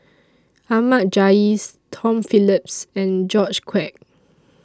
Ahmad Jais Tom Phillips and George Quek